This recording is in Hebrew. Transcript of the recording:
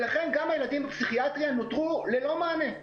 לכן, גם הילדים בפסיכיאטריה נותרו ללא מענה.